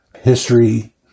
history